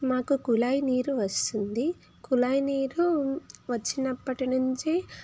మాకు కుళాయి నీరు వస్తుంది కుళాయి నీరు వచ్చినప్పటి నుంచి